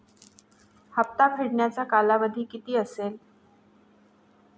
हप्ता फेडण्याचा कालावधी किती असेल?